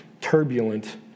turbulent